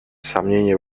сомнение